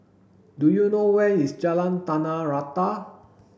do you know where is Jalan Tanah Rata